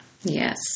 Yes